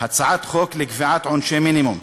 הצעת חוק לקביעת עונשי מינימום,